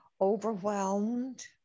overwhelmed